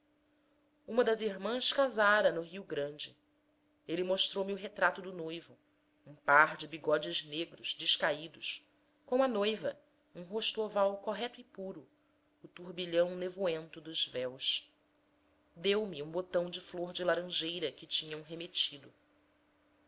uma das irmãs casara no rio grande ele mostrou-me o retrato do noivo um par de bigodes negros descaídos com a noiva um rosto oval correto e paro o turbilhão nevoento dos véus deu-me um botão de flor de laranjeira que tinham remetido